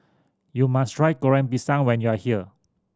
you must try Goreng Pisang when you are here